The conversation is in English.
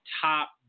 top